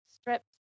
stripped